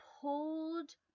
pulled